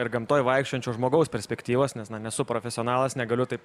ir gamtoj vaikščiojančio žmogaus perspektyvos nes na nesu profesionalas negaliu taip